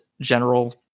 general